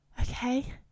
okay